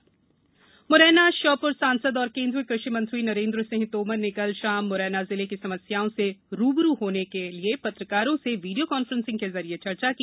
नरेंद्र सिंह तोमर मुरैना श्यामुर सांसद और केन्द्रीय कृषि मंत्री नरेन्द्र सिंह तामर ने कल शाम मुरैना जिले की समस्याओं से रूबरू हाजे के लिये पत्रकारों से वीडिया कांफ्रेंसिंग के जरिये चर्चा की